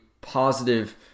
positive